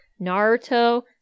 Naruto